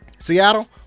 Seattle